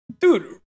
Dude